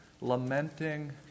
lamenting